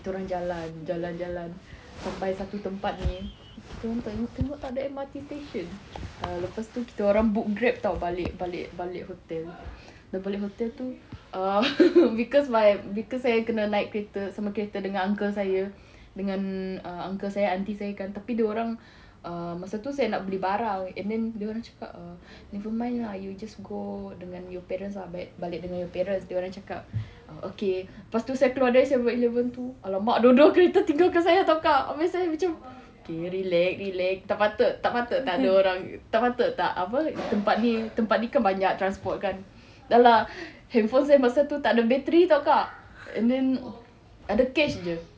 kita orang jalan jalan-jalan sampai satu tempat ni tengok tak ada M_R_T station lepas tu kita orang book Grab [tau] balik balik balik hotel dah balik hotel tu ah because my because saya kena naik kereta sama kereta dengan uncle saya dengan err uncle saya aunty saya kan tapi dia orang err masa tu saya nak beli barang and then dia orang cakap err nevermind lah you just go dengan your parents lah baik balik dengan your parents dia orang cakap oh okay lepas tu saya keluar dari seven eleven tu !alamak! dua-dua kereta tinggalkan saya [tau] kak habis saya macam okay relax relax tak patut tak patut tak ada orang tak patut tak apa tempat ni tempat ni kan banyak transport kan dah lah handphone saya masa tu tak ada battery [tau] kak and then ada case jer